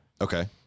Okay